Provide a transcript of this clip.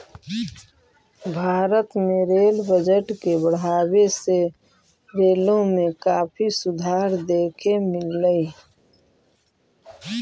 भारत में rail budget के बढ़ावे से रेलों में काफी सुधार देखे मिललई